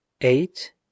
eight